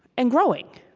and growing,